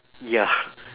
ya